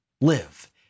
live